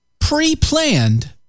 Pre-planned